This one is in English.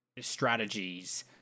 strategies